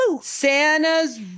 Santa's